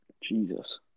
Jesus